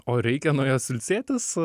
o reikia nuo jos ilsėtis